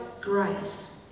grace